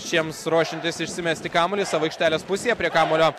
šiems ruošiantis išsimesti kamuolį savo aikštelės pusėje prie kamuolio